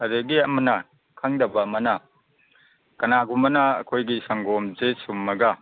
ꯑꯗꯒꯤ ꯑꯃꯅ ꯈꯪꯗꯕ ꯑꯃꯅ ꯀꯅꯥꯒꯨꯝꯕꯅ ꯑꯩꯈꯣꯏꯒꯤ ꯁꯪꯒꯣꯃꯁꯦ ꯁꯨꯝꯂꯒ